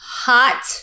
Hot